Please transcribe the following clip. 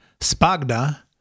Spagna